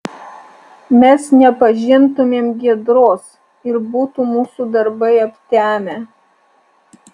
mes nepažintumėm giedros ir būtų mūsų darbai aptemę